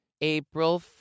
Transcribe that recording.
April